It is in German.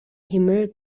himmel